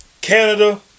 Canada